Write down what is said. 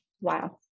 Wow